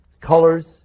colors